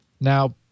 Now